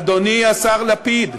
אדוני השר לפיד,